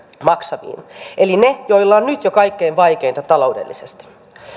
maksaviin eli niihin joilla on jo nyt kaikkein vaikeinta taloudellisesti